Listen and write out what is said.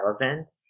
relevant